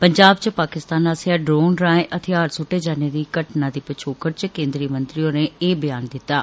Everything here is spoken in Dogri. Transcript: पंजाब च पाकिस्तान आस्सेआ ड्रोन राएं हथेयार सुट्टे जाने आली घटना दी पछोकड़ च केन्द्रीय मंत्री होरें एह् ब्यान दिता ऐ